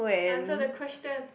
answer the question